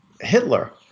Hitler